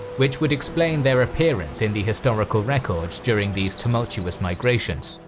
which would explain their appearance in the historical records during these tumultuous migrations.